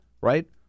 right